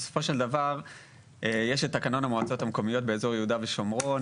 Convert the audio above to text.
בסופו של דבר יש את תקנון המועצות המקומיות באזור יהודה ושומרון